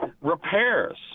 repairs